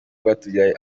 rwatubyaye